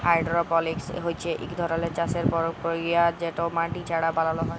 hydroponics হছে ইক ধরলের চাষের পরকিরিয়া যেট মাটি ছাড়া বালালো হ্যয়